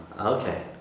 Okay